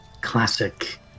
classic